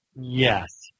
Yes